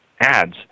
ads